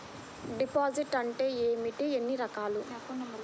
Deposit అంటే ఏమిటీ ఎన్ని రకాలు?